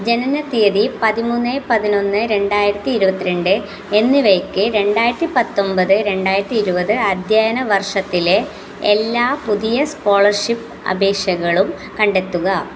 ജനന തീയതി പതിമൂന്ന് പതിനൊന്ന് രണ്ടായിരത്തി ഇരുപത്തിരണ്ട് എന്നിവയ്ക്ക് രണ്ടായിരത്തി പത്തൊമ്പത് രണ്ടായിരത്തി ഇരുപത് അധ്യയന വർഷത്തിലെ എല്ലാ പുതിയ സ്കോളർഷിപ്പ് അപേക്ഷകളും കണ്ടെത്തുക